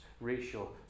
racial